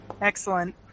Excellent